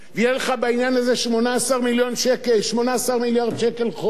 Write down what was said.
יהיה לך בעניין הזה 18 מיליארד שקל חור.